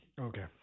okay